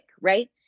right